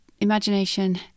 imagination